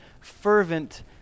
fervent